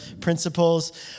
principles